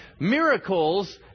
Miracles